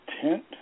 tent